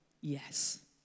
Yes